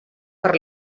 per